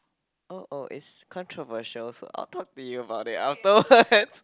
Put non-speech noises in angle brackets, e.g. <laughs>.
(uh oh) it's controversial so I'll talk to you about it afterwards <laughs>